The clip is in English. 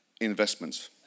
investments